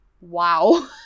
wow